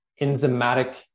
enzymatic